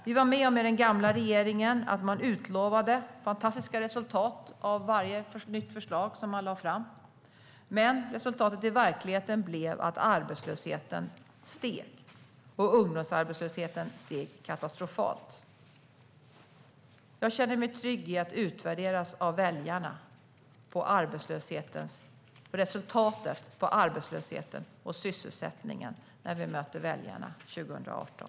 Vi var med om att den gamla regeringen utlovade fantastiska resultat av varje nytt förslag som den lade fram. Men resultaten i verkligheten blev att arbetslösheten steg, och ungdomsarbetslösheten steg katastrofalt. Jag känner mig trygg i att utvärderas av väljarna på resultatet för arbetslösheten och sysselsättningen när vi möter väljarna 2018.